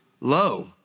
low